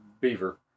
beaver